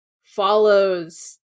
follows